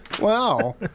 Wow